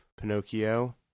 Pinocchio